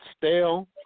stale